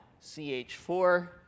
CH4